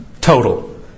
total